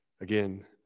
Again